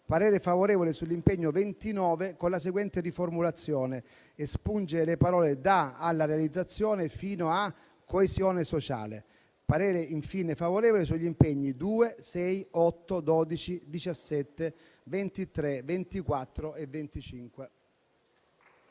garantiscano»; sull'impegno 29, con la seguente riformulazione: espungere le parole da «alla realizzazione» fino a «coesione sociale». Esprimo infine parere favorevole sugli impegni nn. 2, 6, 8, 12, 17, 23, 24 e 25.